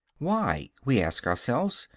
why, we ask ourselves,